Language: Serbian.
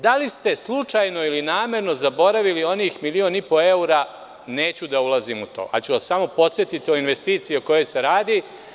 Da li ste slučajno ili namerno zaboravili onih milion i po evra, neću da ulazim u to, ali ću vas samo podsetiti o investiciji o kojoj se radi.